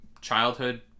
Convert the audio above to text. childhood